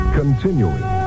continuing